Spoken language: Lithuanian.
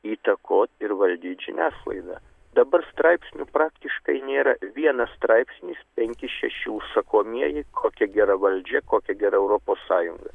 įtakot ir valdyt žiniasklaidą dabar straipsnių praktiškai nėra vienas straipsnis penki šeši užsakomieji kokia gera valdžia kokia gera europos sąjunga